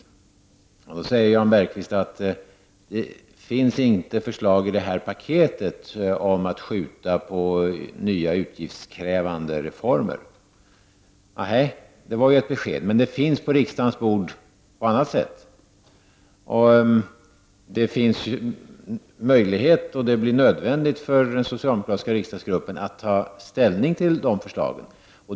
Jan Bergqvist säger att det inte finns några förslag i detta paket om att man skall skjuta på nya utgiftskrävande reformer. Det var ju ett besked. Men sådana förslag finns på riksdagens bord på annat sätt. Det finns tillfällen då det blir nödvändigt för den socialdemokratiska riksdagsgruppen att ta ställning till de förslagen.